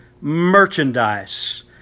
merchandise